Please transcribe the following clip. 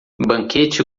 banquete